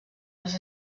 les